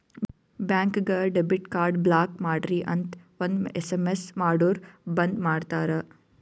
ಬ್ಯಾಂಕ್ಗ debit card block ಮಾಡ್ರಿ ಅಂತ್ ಒಂದ್ ಎಸ್.ಎಮ್.ಎಸ್ ಮಾಡುರ್ ಬಂದ್ ಮಾಡ್ತಾರ